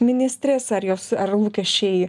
ministrės ar jos ar lūkesčiai